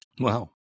Wow